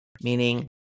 meaning